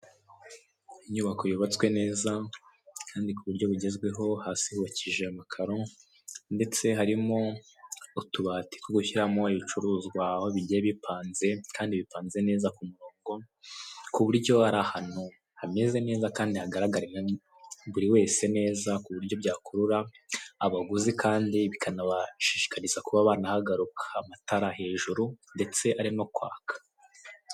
Inyubako yubatswe neza kandi kuburyo bugezweho hasi hubakishije amakaro ndetse harimo utubati two gushyiramo ibicuruzwa aho bigiye bipanze kandi bipanze neza ku murongo, ku buryo ari ahantu hameze neza kandi hagaragarira buri wese neza ku buryo byakurura abaguzi kandi bikanaba shishikariza kuba banahagaruka, amatara hejuru arimo kwaka.